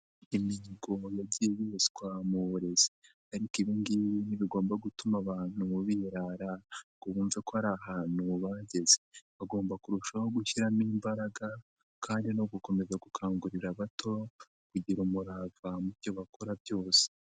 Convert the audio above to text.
Imihigo yagiye yeswa mu burezi ariko ibi ngibi ntibigomba gutuma abantu birara ngo bumve ko hari ahantu bageze, bagomba kurushaho gushyiramo imbaraga kandi no gukomeza gukangurira abato, kugira umurava mu byo bakora byose.